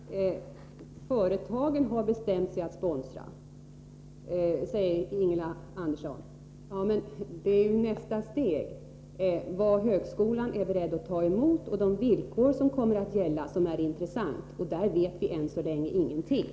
Herr talman! Företagen har bestämt sig för att sponsra, säger Ingela Andersson. Ja, men det är ju nästa steg som är intressant, nämligen vad högskolan är beredd att ta emot och de villkor som kommer att gälla. Om detta vet vi än så länge ingenting.